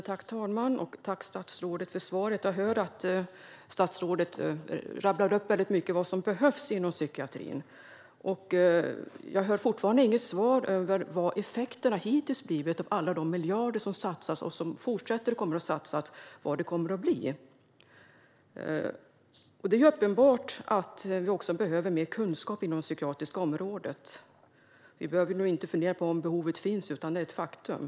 Fru talman! Tack, statsrådet, för svaret! Statsrådet rabblade upp väldigt mycket som behövs inom psykiatrin, men jag hör fortfarande inget svar på vilka effekterna hittills har blivit av alla de miljarder som har satsats och vilka effekterna kommer att bli av dem som även i fortsättningen kommer att satsas. Det är uppenbart att vi behöver mer kunskap inom det psykiatriska området. Vi behöver inte fundera på om behovet finns, utan detta är ett faktum.